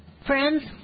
Friends